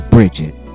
Bridget